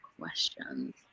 questions